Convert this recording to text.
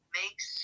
makes